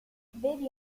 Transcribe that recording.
vedi